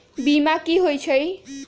बीमा कि होई छई?